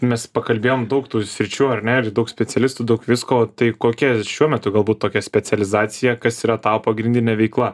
mes pakalbėjom daug tų sričių ar ne ir daug specialistų daug visko tai kokia šiuo metu galbūt tokia specializacija kas yra tavo pagrindinė veikla